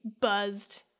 buzzed